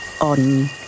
on